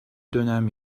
dönem